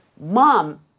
Mom